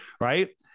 right